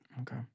okay